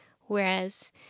Whereas